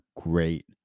great